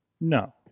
No